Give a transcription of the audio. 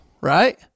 right